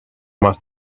must